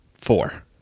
four